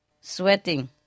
sweating